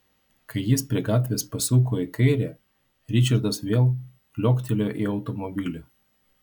kai jis prie gatvės pasuko į kairę ričardas vėl liuoktelėjo į automobilį